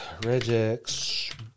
Regex